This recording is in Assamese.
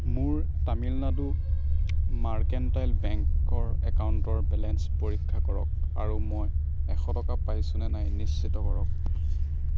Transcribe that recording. মোৰ তামিলনাডু মাৰ্কেণ্টাইল বেংকৰ একাউণ্টৰ বেলেঞ্চ পৰীক্ষা কৰক আৰু মই এশ টকা পাইছো নে নাই নিশ্চিত কৰক